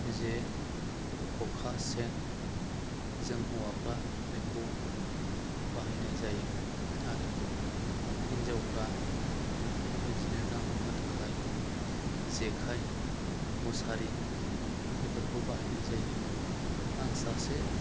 जे खखा सेन जों हौवाफ्रा बेखौ बाहायनाय जायो आरो हिन्जावफ्रा बेबादिनो ना हमनो थाखाय जेखाइ मुसारि बेफोरखौ बाहायनाय जायो आं सासे